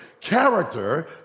Character